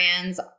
brands